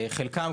חלקם,